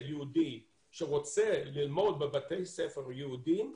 יהודי שרוצה ללמוד בבתי ספר יהודיים ,